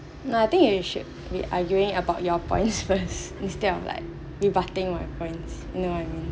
no I think you should be arguing about your points first instead of like rebutting my points you know what I mean